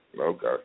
Okay